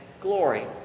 glory